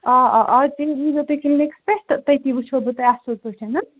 آ آز تیٚلہِ ییزیٚو تُہۍ کِلنِکَس پٮ۪ٹھ تہٕ تٔتی وٕچھو بہٕ تۄہہِ اَصٕل پٲٹھۍ ہاں